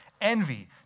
envy